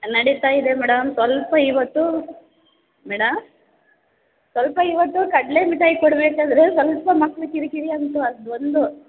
ನಡೀತ ಇದೆ ಮೇಡಮ್ ಸ್ವಲ್ಪ ಇವತ್ತು ಮೇಡಮ್ ಸ್ವಲ್ಪ ಇವತ್ತು ಕಡಲೆ ಮಿಠಾಯಿ ಕೊಡಬೇಕಾದ್ರೆ ಸ್ವಲ್ಪ ಮಕ್ಕಳು ಕಿರಿಕಿರಿ ಅಂತು ಅದೊಂದು